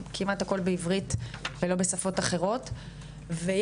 כמעט הכול בעברית ולא בשפות אחרות ויש